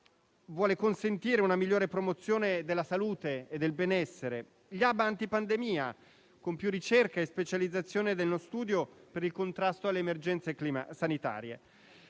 vuole consentire una migliore promozione della salute e del benessere; gli *hub* antipandemia, con più ricerca e specializzazione dello studio per il contrasto alle emergenze sanitarie.